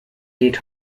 geht